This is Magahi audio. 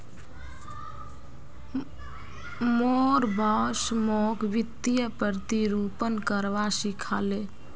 मोर बॉस मोक वित्तीय प्रतिरूपण करवा सिखा ले